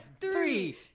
three